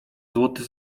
złoty